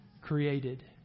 created